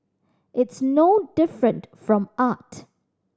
it's no different from art